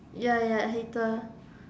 ya ya hater